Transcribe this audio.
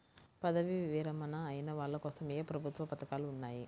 పదవీ విరమణ అయిన వాళ్లకోసం ఏ ప్రభుత్వ పథకాలు ఉన్నాయి?